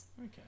Okay